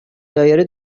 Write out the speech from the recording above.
دایره